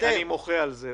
אני מוחה על זה,